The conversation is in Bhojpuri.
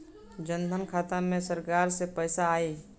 जनधन खाता मे सरकार से पैसा आई?